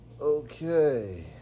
Okay